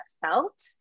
felt